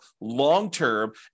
long-term